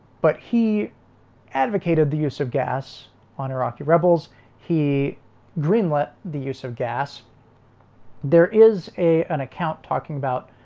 but he advocated the use of gas on iraqi rebels he greenlit the use of gas there is a an account talking about